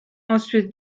ensuite